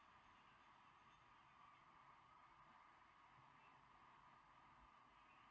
no no